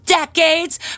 decades